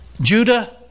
Judah